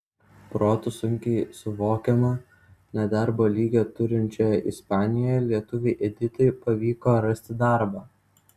protu sunkiai suvokiamo nedarbo lygį turinčioje ispanijoje lietuvei editai pavyko rasti darbą